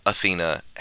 Athena